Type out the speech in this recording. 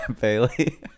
bailey